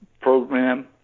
program